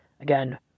Again